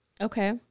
Okay